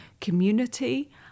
community